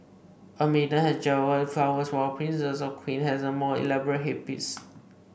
a maiden has jewelled flowers while a princess or queen has a more elaborate headpiece